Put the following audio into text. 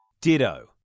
Ditto